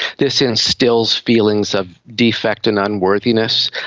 this instils feelings of defect and unworthiness,